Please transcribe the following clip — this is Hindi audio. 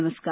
नमस्कार